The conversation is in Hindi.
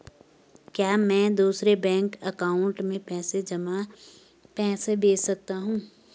क्या मैं दूसरे बैंक अकाउंट में पैसे भेज सकता हूँ?